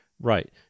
right